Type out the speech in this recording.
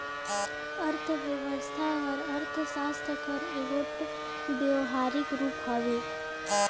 अर्थबेवस्था हर अर्थसास्त्र कर एगोट बेवहारिक रूप हवे